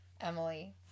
Emily